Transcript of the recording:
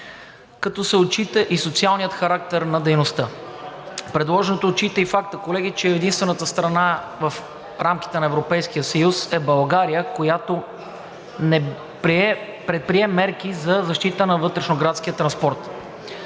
като се отчита и социалният характер на дейността. Предложението отчита и факта, колеги, че единствената страна в рамките на Европейския съюз е България, която не предприе мерки за защита на вътрешно-градския транспорт.